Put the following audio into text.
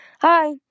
hi